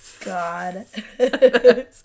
God